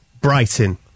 Brighton